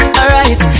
Alright